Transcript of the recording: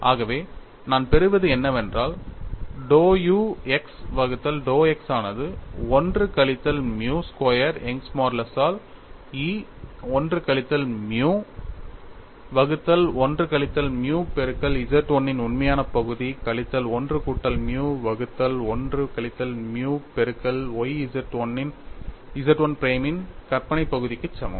ஆகவே நான் பெறுவது என்னவென்றால் dou u x வகுத்தல் dou x ஆனது 1 கழித்தல் மியூ ஸ்கொயர் யங்கின் மாடுலஸால் Young's modulus E 1 கழித்தல் மியூ வகுத்தல் 1 கழித்தல் மியூ பெருக்கல் Z 1 இன் உண்மையான பகுதி கழித்தல் 1 கூட்டல் மியூ வகுத்தல் 1 கழித்தல் மியூ பெருக்கல் y Z 1 பிரைம் இன் கற்பனை பகுதிக்கு சமம்